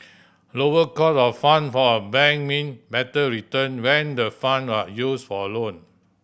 lower cost of fund for a bank mean better return when the fund are used for loan